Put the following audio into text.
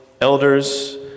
elders